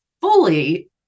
fully